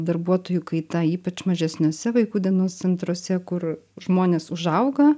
darbuotojų kaita ypač mažesniuose vaikų dienos centruose kur žmonės užauga